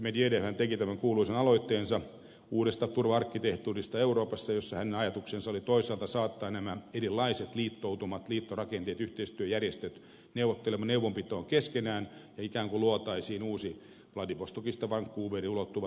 presidentti medvedevhän teki tämän kuuluisan aloitteensa uudesta turva arkkitehtuurista euroopassa jossa hänen ajatuksensa oli toisaalta saattaa nämä erilaiset liittoutumat liittorakenteet yhteistyöjärjestöt neuvonpitoon keskenään ja toisaalta ikään kuin luoda uusi vladivostokista wancouveriin ulottuva turvajärjestelmä